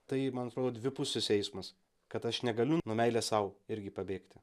tai man atrodo dvipusis eismas kad aš negaliu nuo meilės sau irgi pabėgti